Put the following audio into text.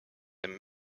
him